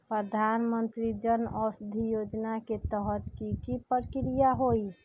प्रधानमंत्री जन औषधि योजना के तहत की की प्रक्रिया होई?